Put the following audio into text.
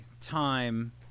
time